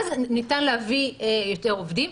אז ניתן להביא יותר עובדים.